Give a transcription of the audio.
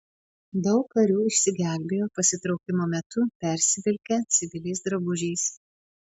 daug karių išsigelbėjo pasitraukimo metu persivilkę civiliais drabužiais